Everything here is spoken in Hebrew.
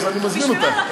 אז אני מזמין אותך,